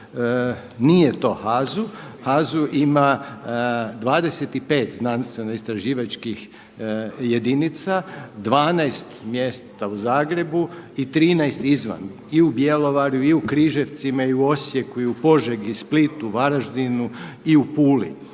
Nije to HAZU. HAZU ima 25 znanstveno istraživačkih jedinica, 12 mjesta u Zagrebu i 13 izvan i u Bjelovaru i u Križevcima i u Osijeku i u Požegi, Splitu, Varaždinu i u Puli.